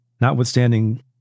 notwithstanding